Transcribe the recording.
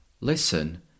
listen